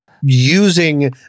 using